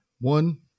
One